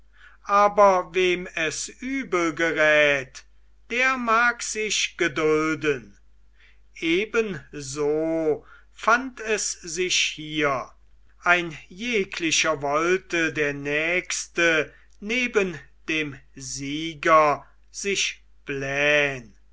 aber wem es übel gerät der mag sich gedulden ebenso fand es sich hier ein jeglicher wollte der nächste neben dem sieger sich blähn